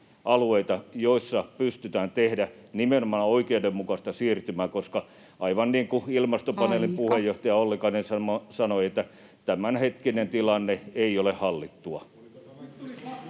joilla pystytään tekemään nimenomaan oikeudenmukaista siirtymää, [Puhemies: Aika!] koska aivan niin kuin ilmastopaneelin puheenjohtaja Ollikainen sanoi, tämänhetkinen tilanne ei ole hallittu.